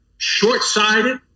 Short-sighted